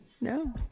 No